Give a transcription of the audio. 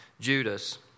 Judas